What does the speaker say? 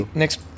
next